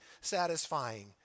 satisfying